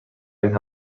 این